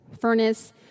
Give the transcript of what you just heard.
furnace